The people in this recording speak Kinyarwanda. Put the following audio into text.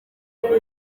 mbere